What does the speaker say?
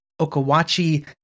Okawachi